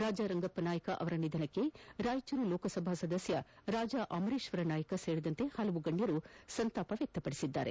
ರಾಜಾ ರಂಗಪ್ಪ ನಾಯಕ ಅವರ ನಿಧನಕ್ಕೆ ರಾಯಚೂರು ಲೋಕಸಭಾ ಸದಸ್ಯ ರಾಜಾ ಅಮರೇಶ್ವರ ನಾಯಕ ಸೇರಿದಂತೆ ಹಲವು ಗಣ್ಯರು ಸಂತಾಪ ಸೂಚಿಸಿದ್ದಾರೆ